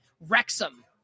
Wrexham